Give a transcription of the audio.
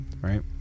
right